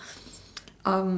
um